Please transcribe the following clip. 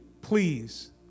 please